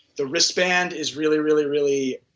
the wristband is really, really, really,